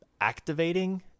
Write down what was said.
activating